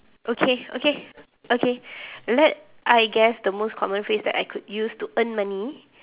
okay okay okay let~ I guess the most common phrase that I could use to earn money